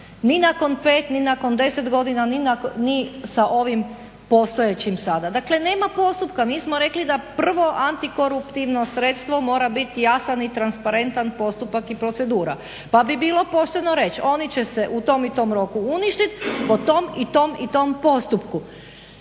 ni nakon 5 ni nakon 10 godina ni sa ovim postojećim sada. Dakle nema postupka. Mi smo rekli da prvo antikoruptivno sredstvo mora biti jasan i transparentan postupak i procedura. Pa bi bilo pošteno reći oni će se u tom i tom roku uništiti po tom i tom i tom postupku.